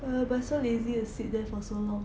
ah but so lazy to sit there for so long